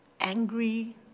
angry